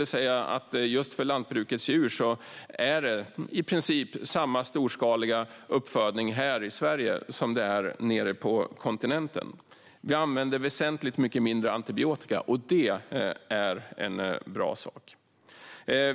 Men när det gäller lantbrukets djur är det i princip samma storskaliga uppfödning här i Sverige som det är på kontinenten. Vi använder väsentligt mycket mindre antibiotika, och det är en bra sak.